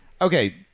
Okay